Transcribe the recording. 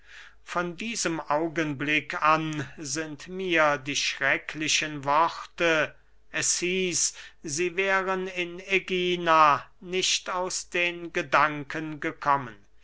von diesem augenblick an sind mir die schrecklichen worte es hieß sie wären in ägina nicht aus den gedanken gekommen